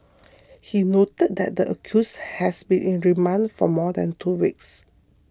he noted that the accuse has been in remand for more than two weeks